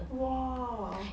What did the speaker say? !whoa!